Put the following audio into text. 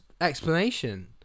explanation